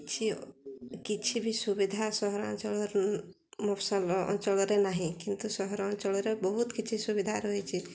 କିଛି କିଛି ବି ସୁବିଧା ସହରାଞ୍ଚଳ ମଫସଲ ଅଞ୍ଚଳରେ ନାହିଁ କିନ୍ତୁ ସହରାଞ୍ଚଳରେ ବହୁତ କିଛି ସୁବିଧା ରହିଛି